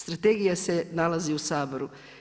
Strategija se nalazi u Saboru.